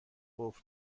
قفل